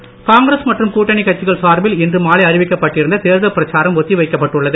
ஒத்திவைப்பு காங்கிரஸ் மற்றும் கூட்டணி கட்சிகள் சார்பில் இன்று மாலை அறிவிக்கப்பட்டிருந்த தேர்தல் பிரச்சாரம் ஒத்தி வைக்கப்பட்டுள்ளது